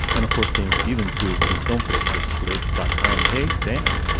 and of course, dana stevens, who's the film critic for slate dot com. hey, dana.